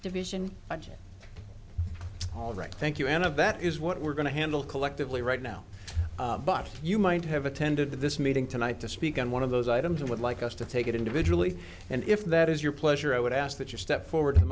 division all right thank you anna that is what we're going to handle collectively right now but you might have attended this meeting tonight to speak on one of those items and would like us to take it individually and if that is your pleasure i would ask that you step forward